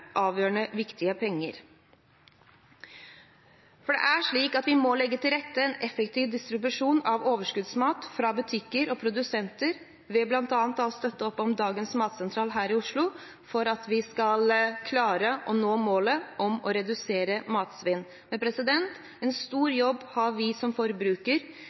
avgjørende viktige penger. Vi må legge til rette for effektiv distribusjon av overskuddsmat fra butikker og produsenter ved bl.a. å støtte opp om dagens matsentral her i Oslo, slik at vi skal klare å nå målet om å redusere matsvinn. Men en stor jobb har vi som